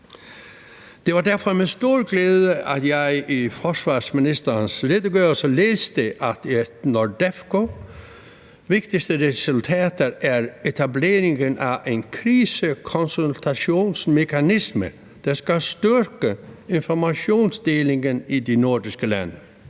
Det var derfor med stor glæde, at jeg i forsvarsministerens redegørelse læste, at NORDEFCO's vigtigste resultat er etablering af en krisekonsultationsmekanisme, der skal styrke informationsdelingen i de nordiske lande,